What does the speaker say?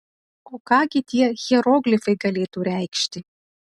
o ką gi tie hieroglifai galėtų reikšti